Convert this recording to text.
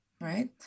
right